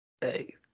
Hey